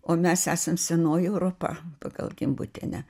o mes esam senoji europa pagal gimbutienę